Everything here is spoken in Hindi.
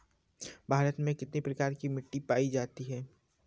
भारत में कितने प्रकार की मिट्टी पाई जाती है?